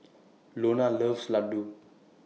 Iona loves Ladoo